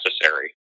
necessary